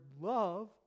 love